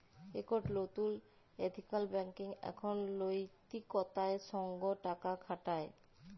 একট লতুল ethical banking এখন লৈতিকতার সঙ্গ টাকা খাটায়